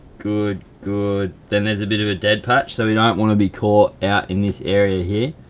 good, good, then there's a bit of a dead patch, so we don't wanna be caught out in this area here,